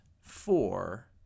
four